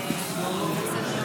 אצלי.